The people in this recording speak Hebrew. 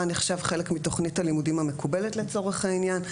מה נחשב חלק מתוכנית המקובלת לצורך העניין.